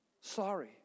Sorry